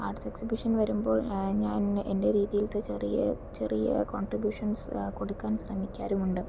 arts exhibition വരുമ്പോൾ ഞാൻ എൻ്റെ രീതിയിലത്തെ ചെറിയ ചെറിയ കോണ്ട്രിബ്യൂഷൻസ് കൊടുക്കാൻ ശ്രമിക്കാറുമുണ്ട്